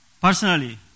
personally